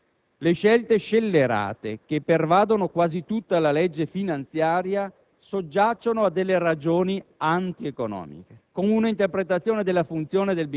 In conclusione, le scelte scellerate che pervadono quasi tutta la legge finanziaria soggiacciono a delle ragioni anti-economiche,